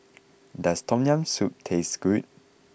does Tom Yam Soup taste good